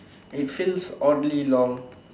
it feels oddly long